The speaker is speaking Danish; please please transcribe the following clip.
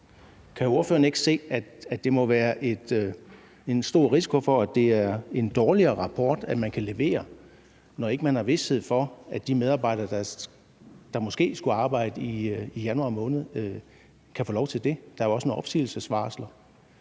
om ordføreren ikke kan se, at der må være en stor risiko for, at det er en dårligere rapport, man kan levere, når man ikke har vished for, at de medarbejdere, der måske skulle arbejde i januar måned, kan få lov til det. Der er jo også nogle opsigelsesvarsler.